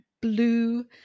blue